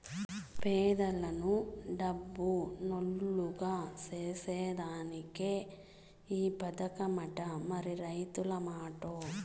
పేదలను డబ్బునోల్లుగ సేసేదానికే ఈ పదకమట, మరి రైతుల మాటో